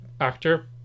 actor